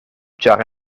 ĉar